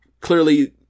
clearly